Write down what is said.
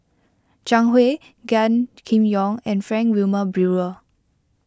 Zhang Hui Gan Kim Yong and Frank Wilmin Brewer